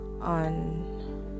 on